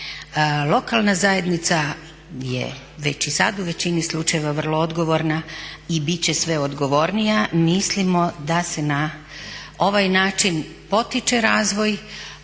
Lokalna zajednica je već i sada u većini slučajeva vrlo odgovorna i bit će sve odgovornija, mislimo da se na ovaj način potiče razvoj,